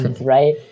right